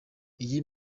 iyi